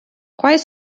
quais